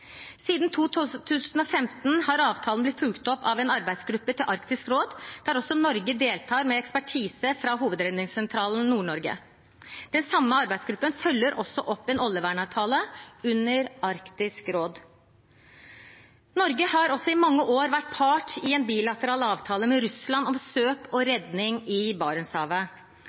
Siden 2015 har avtalen blitt fulgt opp av en arbeidsgruppe i Arktisk råd, der også Norge deltar med ekspertise fra Hovedredningssentralen Nord-Norge. Den samme arbeidsgruppen følger også opp en oljevernavtale under Arktisk råd. Norge har også i mange år vært part i en bilateral avtale med Russland om søk og redning i Barentshavet.